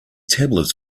tablets